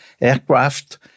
aircraft